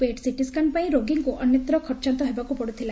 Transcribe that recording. ପେଟ CT scan ପାଇଁ ରୋଗୀଙ୍କୁ ଅନ୍ୟତ୍ର ଖର୍ଚାନ୍ତ ହେବାକୁ ପଡୁଥିଲା